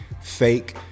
fake